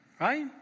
Right